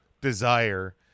desire